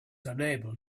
unable